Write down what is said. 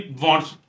wants